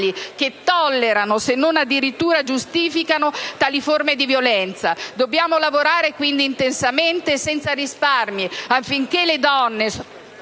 che tollerano, se non addirittura giustificano, tali forme di violenza. Dobbiamo lavorare, quindi, intensamente e senza risparmi affinché le donne,